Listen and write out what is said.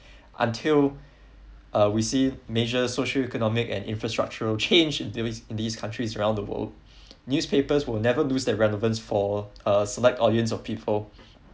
until uh receive major social economic and infrastructure change th~ this countries around the world newspapers would never lose their relevance for a select audience of people